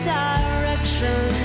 direction